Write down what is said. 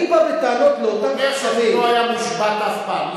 אני בא בטענות לאותם, לא היה מושבת אף פעם.